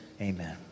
Amen